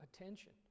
attention